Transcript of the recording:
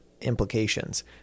implications